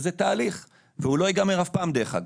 זה תהליך, והוא לא ייגמר אף פעם, דרך אגב.